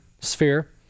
sphere